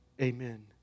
Amen